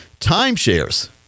timeshares